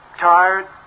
Tired